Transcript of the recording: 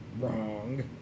Wrong